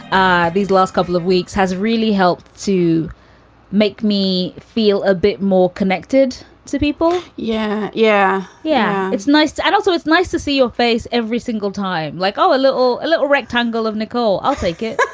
ah these last couple of weeks has really helped to make me feel a bit more connected to people. yeah, yeah. yeah. it's nice. and also, it's nice to see your face every single time. like, oh, a little a little rectangle of nicole. i'll take it.